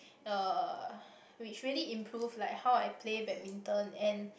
uh which really improve like how I play badminton and